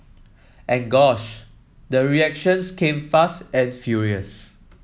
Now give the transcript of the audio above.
and gosh the reactions came fast and furious